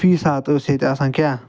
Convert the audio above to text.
فی ساتہٕ ٲس ییٚتہِ آسان کیاہ